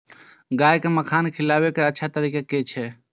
गाय का खाना खिलाबे के अच्छा तरीका की छे?